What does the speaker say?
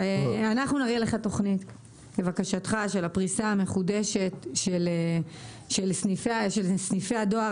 לבקשתך אנחנו נראה לך תוכנית של הפריסה המחודשת של סניפי הדואר,